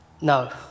No